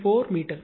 34 metre